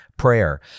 prayer